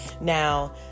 Now